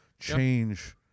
change